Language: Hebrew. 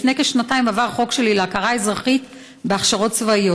לפני כשנתיים עבר חוק שלי להכרה אזרחית בהכשרות צבאיות.